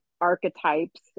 archetypes